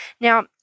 now